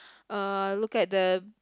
uh look at the